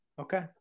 Okay